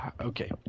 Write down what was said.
Okay